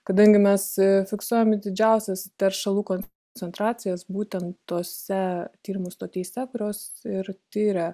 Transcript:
kadangi mes fiksuojame didžiausias teršalų koncentracijas būtent tose tyrimų stotyse kurios ir tiria